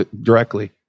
directly